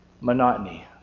Monotony